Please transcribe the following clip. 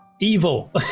evil